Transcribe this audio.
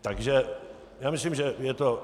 Takže já myslím, že je to...